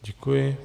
Děkuji.